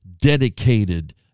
dedicated